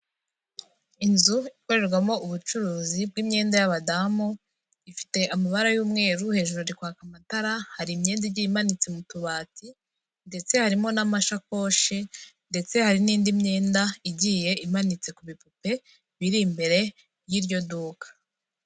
Inzu ikorerwamo ubucuruzi bw'imyenda y'abadamu, ifite amabara y'umweru, hejuru hari kwaka amatara, hari imyenda igiye imanitse mu tubati ndetse harimo n'amashakoshi ndetse hari n'indi myenda igiye imanitse ku bipupe biri imbere y'iryo duka.